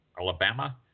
Alabama